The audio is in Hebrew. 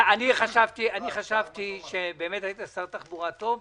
חשבתי שהיית שר תחבורה טוב,